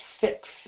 six